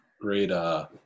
great